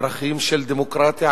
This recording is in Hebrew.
ערכים של דמוקרטיה,